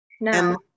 No